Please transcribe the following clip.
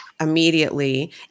immediately